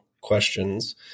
questions